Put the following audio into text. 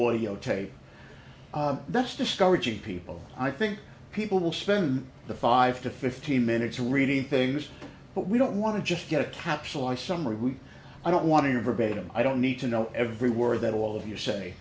audiotape that's discouraging people i think people will spend the five to fifteen minutes reading things but we don't want to just get a capsule i summary we i don't want to hear verbatim i don't need to know every word that all of your say